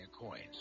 Coins